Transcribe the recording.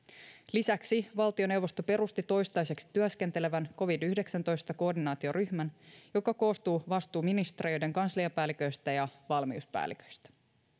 lisäksi valtioneuvosto perusti toistaiseksi työskentelevän covid yhdeksäntoista koordinaatioryhmän joka koostuu vastuuministeriöiden kansliapäälliköistä ja valmiuspäälliköistä